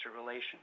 Relations